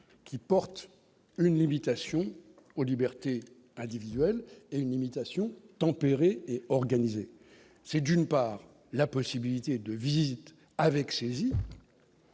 qui porte une limitation aux libertés individuelles et une imitation et organisé, c'est d'une part, la possibilité de visite avec saisie